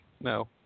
No